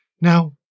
Now